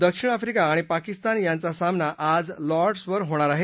दक्षिण आफ्रीका आणि पाकिस्तान यांचा सामना आज लॉर्ड्सवर होणार आहे